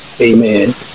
amen